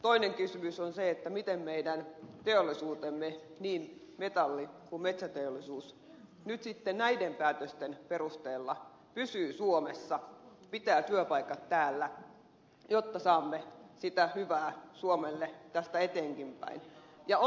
toinen kysymys on se miten meidän teollisuutemme niin metalli kuin metsäteollisuus nyt sitten näiden päätösten perusteella pysyy suomessa pitää työpaikat täällä jotta saamme sitä hyvää suomelle tästä eteenpäinkin